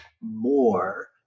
more